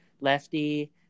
lefty